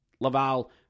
Laval